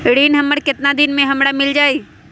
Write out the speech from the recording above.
ऋण हमर केतना दिन मे हमरा मील जाई?